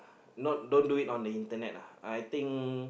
not don't do it on the internet uh I think